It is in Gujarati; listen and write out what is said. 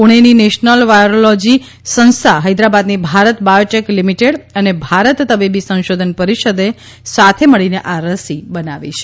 પૂણેની નેશનલ વાયરોલોજી સંસ્થા હૈદરાબાદની ભારત બાયોટેક લિમીટેડ અને ભારત તબીબી સંશોધન પરિષદે સાથે મળીને આ રસી બનાવી છે